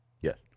Yes